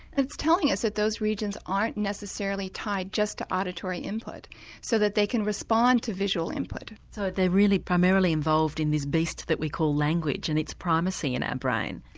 it's telling us that those regions aren't necessarily tied just to auditory input so that they can respond to visual input. so they're really primarily involved in this beast that we call language, and its primacy in our brain?